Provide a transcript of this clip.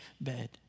bed